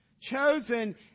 chosen